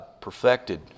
perfected